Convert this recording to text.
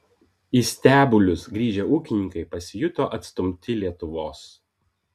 į stebulius grįžę ūkininkai pasijuto atstumti lietuvos